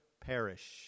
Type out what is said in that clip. perish